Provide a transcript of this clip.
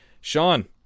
Sean